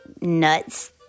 nuts